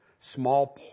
small